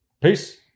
Peace